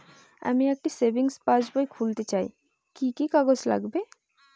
আমি একটি সেভিংস পাসবই খুলতে চাই কি কি কাগজ লাগবে?